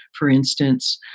for instance,